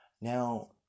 Now